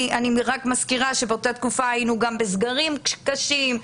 אני מזכירה שבאותה תקופה היינו גם בסגרים קשים,